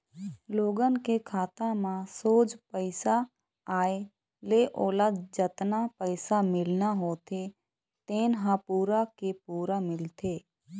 लोगन के खाता म सोझ पइसा आए ले ओला जतना पइसा मिलना होथे तेन ह पूरा के पूरा मिलथे